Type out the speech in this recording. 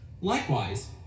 Likewise